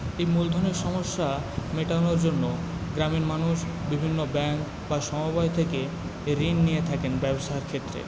এই মূলধনের সমস্যা মেটানোর জন্য গ্রামের মানুষ বিভিন্ন ব্যাঙ্ক বা সমবায় থেকে ঋণ নিয়ে থাকেন ব্যবসার ক্ষেত্রে